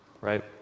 Right